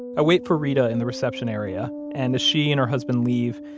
i wait for reta in the reception area, and as she and her husband leave,